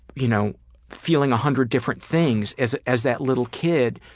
you know feeling a hundred different things as as that little kid.